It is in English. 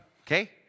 Okay